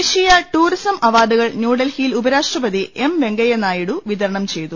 ദേശീയ ടൂറിസം അവാർഡുകൾ ന്യൂഡൽഹിയിൽ ഉപരാഷ്ട്രപതി എം വെങ്കയ്യനായിഡു വിതരണം ചെയ്തു